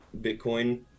bitcoin